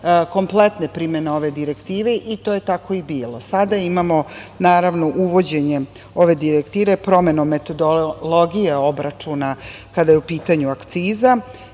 kompletne primene ove direktive, i to je tako i bilo. Sada imamo uvođenjem ove direktive, metodologije obračuna, kada je u pitanju akciza. Čuli